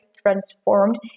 transformed